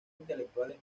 intelectuales